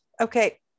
Okay